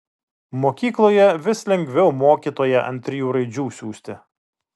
mokykloje vis lengviau mokytoją ant trijų raidžių siųsti